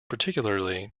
particularly